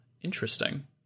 interesting